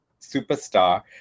superstar